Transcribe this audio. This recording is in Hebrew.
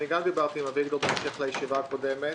גם דיברתי עם אביגדור בהמשך לישיבה הקודמת.